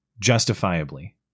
justifiably